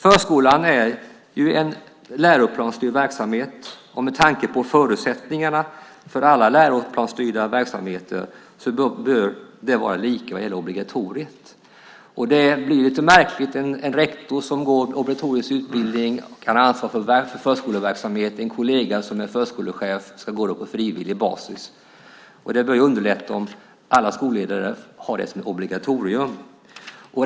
Förskolan är en läroplansstyrd verksamhet, och med tanke på förutsättningarna för alla läroplansstyrda verksamheter bör det vara lika vad gäller obligatoriet. Det blir lite märkligt att en rektor som går obligatorisk utbildning kan ha ansvar för förskoleutbildning medan kollegan som är förskolechef ska gå den på frivillig basis. Det bör underlätta om alla skolledare omfattas av obligatoriet.